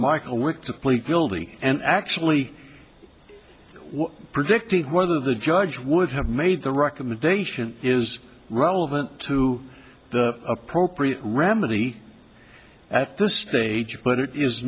the plea guilty and actually predicting whether the judge would have made the recommendation is relevant to the appropriate remedy at this stage but it is